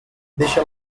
deixa